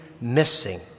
missing